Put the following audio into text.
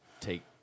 take